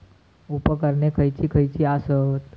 उपकरणे खैयची खैयची आसत?